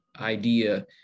idea